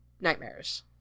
nightmares